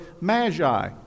Magi